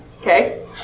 Okay